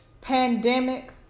pandemic